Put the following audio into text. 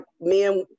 men